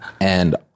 And-